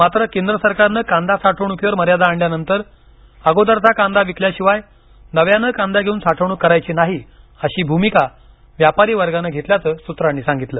मात्र केंद्र सरकारनं कांदा साठवणुकीवर मर्यादा आणल्यानंतर अगोदरचा कांदा विकल्याशिवाय नव्याने कांदा घेऊन साठवणूक करायची नाही अशी भूमिका व्यापारी वर्गाने घेतल्याचे सूत्रानी सांगितले